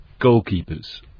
goalkeepers